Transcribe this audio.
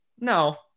no